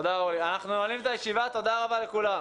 אנחנו נועלים את הישיבה, תודה רבה לכולם.